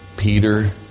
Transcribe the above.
Peter